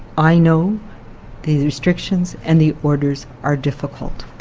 i know the the restrictions and the orders are difficult.